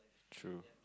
true